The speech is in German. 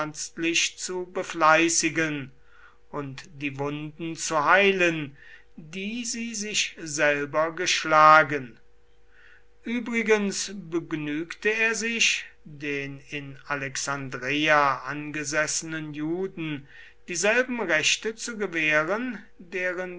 zu befleißigen und die wunden zu heilen die sie sich selber geschlagen übrigens begnügte er sich den in alexandreia angesessenen juden dieselben rechte zu gewähren deren